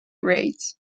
raids